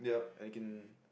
and you can